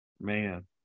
man